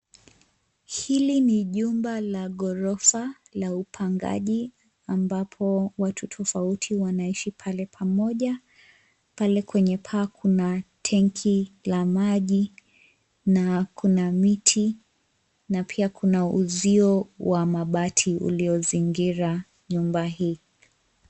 Hili ni jumba la ghorofa la upangaji ambapo watu tofauti wanaisi pale pamoja. Pale kwenye paa kuna tenki la maji, na kuna miti, na pia kuna uzio wa mabati uliozingira nyumba hii.